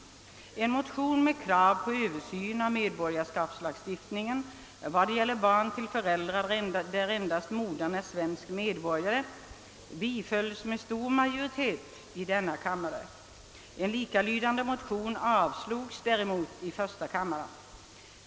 En motion med krav på översyn av medborgarskapslagstiftningen med avseende på barn till föräldrar, där endast modern är svensk medborgare, bifölls med stor majoritet i denna kammare. En likalydande motion avslogs däremot i första kammaren.